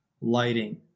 lighting